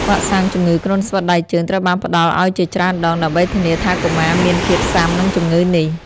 វ៉ាក់សាំងជំងឺគ្រុនស្វិតដៃជើងត្រូវបានផ្តល់ឱ្យជាច្រើនដង ដើម្បីធានាថាកុមារមានភាពស៊ាំនឹងជម្ងឺនេះ។